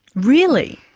really?